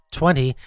twenty